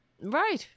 right